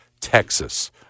Texas